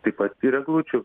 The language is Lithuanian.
taip pat ir eglučių